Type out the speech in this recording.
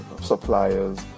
suppliers